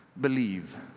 Believe